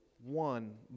one